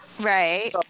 Right